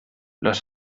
les